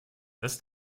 does